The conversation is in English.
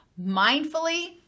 Mindfully